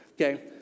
okay